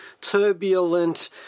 turbulent